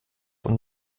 und